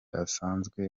asanzwe